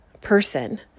person